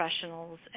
professionals